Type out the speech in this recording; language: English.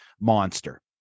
monster